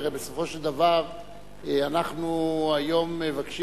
הרי בסופו של דבר אנחנו היום מבקשים